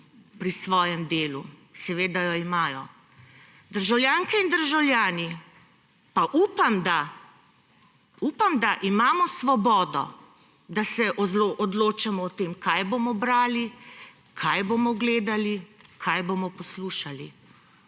pri svojem delu. Seveda jo imajo. Državljanke in državljani pa upam, upam, da imamo svobodo, da se odločamo o tem, kaj bomo brali, kaj bomo gledali, kaj bomo poslušali.